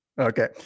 okay